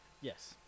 Yes